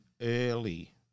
early